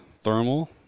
thermal